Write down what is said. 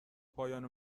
پایان